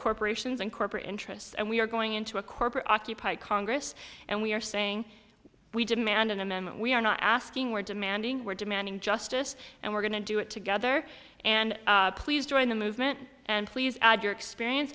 corporations and corporate interests and we are going into a corporate occupied congress and we are saying we demand in a moment we are not asking we're demanding we're demanding justice and we're going to do it together and please join the movement and please add your experience